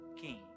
king